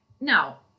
Now